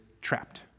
trapped